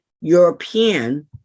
European